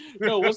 No